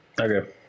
Okay